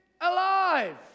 alive